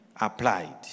Applied